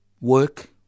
work